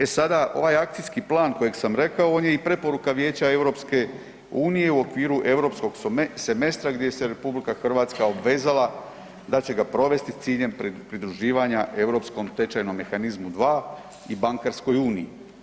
E sada ovaj akcijski plan koji sam rekao on je i preporuka Vijeća EU u okviru Europskog semestra gdje se RH obvezala da će ga provesti s ciljem pridruživanja Europskom tečajnom mehanizmu 2 i Bankarskoj uniji.